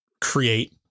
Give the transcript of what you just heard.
create